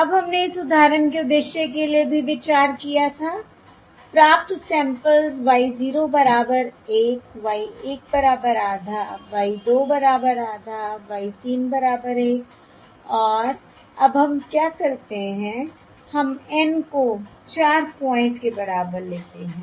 अब हमने इस उदाहरण के उद्देश्य के लिए भी विचार किया था प्राप्त सैंपल्स y 0 बराबर 1 y 1 बराबर आधा y 2 बराबर आधा y 3 बराबर 1 और अब हम क्या करते हैं हम N को 4 पॉइंट के बराबर लेते हैं